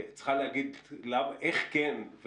שצריכה להגיד איך כן,